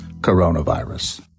coronavirus